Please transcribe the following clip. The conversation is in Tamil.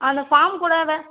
அந்த ஃபார்ம் கூட அதை